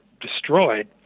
destroyed